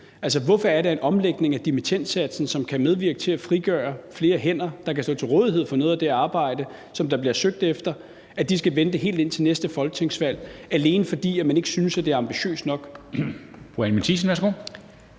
virke? Hvorfor er det, at omlægningen af dimittendsatsen, som kan medvirke til at frigøre flere hænder, der kan stå til rådighed for noget af det arbejde, som der bliver efterspurgt, skal vente helt til efter næste folketingsvalg, alene fordi man ikke synes, at det er ambitiøst nok?